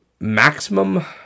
Maximum